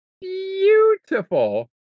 beautiful